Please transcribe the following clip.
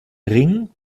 ring